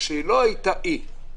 כשהיא לא הייתה אי,